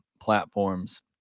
platforms